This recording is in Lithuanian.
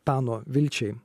peno vilčiai